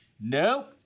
Nope